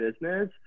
business